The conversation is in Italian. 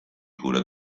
cura